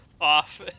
off